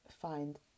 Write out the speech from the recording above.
find